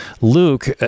Luke